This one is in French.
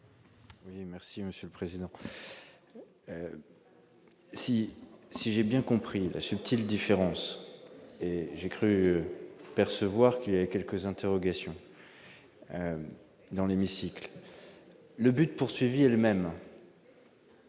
merci Monsieur le Président, si, si j'ai bien compris la subtile différence et j'ai cru percevoir qu'il y a quelques interrogations dans l'hémicycle, le but poursuivi le même,